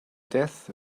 death